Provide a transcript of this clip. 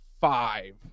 five